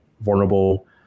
vulnerable